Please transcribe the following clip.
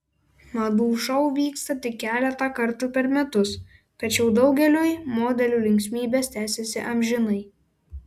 madų šou vyksta tik keletą kartų per metus tačiau daugeliui modelių linksmybės tęsiasi amžinai